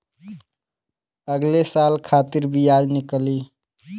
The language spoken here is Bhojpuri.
अगले साल खातिर बियाज निकली